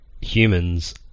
humans